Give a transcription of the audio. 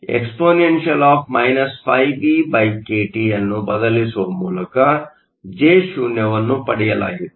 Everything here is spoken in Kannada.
ಆದ್ದರಿಂದ BeT2 exp ϕBkT ಅನ್ನು ಬದಲಿಸುವ ಮೂಲಕ J0 ಪಡೆಯಲಾಗಿದೆ